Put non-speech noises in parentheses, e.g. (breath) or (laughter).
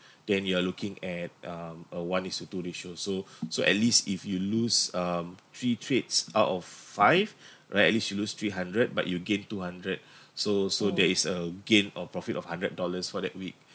then you are looking at um a one is to two ratio so (breath) so at least if you lose um three trades out of five (breath) right at least you lose three hundred but you gain two hundred (breath) so so there is a gain or profit of hundred dollars for that week